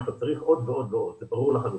צריך עוד ועוד ועוד, זה ברור לחלוטין.